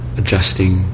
adjusting